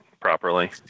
properly